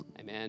Amen